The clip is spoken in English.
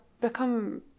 become